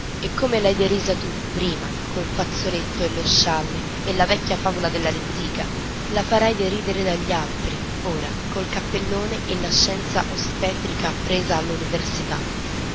e come l'hai derisa tu prima col fazzoletto e lo scialle e la vecchia favola della lettiga la farai deridere dagli altri ora col cappellone e la scienza ostetrica appresa